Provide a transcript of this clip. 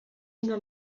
una